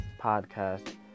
podcast